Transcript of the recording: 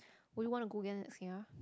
would you want to go again next year